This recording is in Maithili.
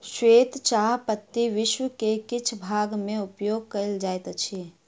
श्वेत चाह पत्ती विश्व के किछ भाग में उपयोग कयल जाइत अछि